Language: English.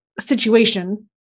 situation